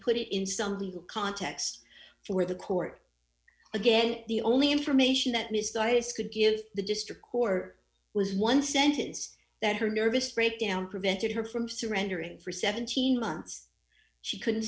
put it in some context for the court again the only information that mysterious could give the district court was one sentence that her nervous breakdown prevented her from surrendering for seventeen months she couldn't